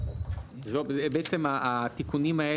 אלה התיקונים,